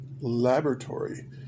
laboratory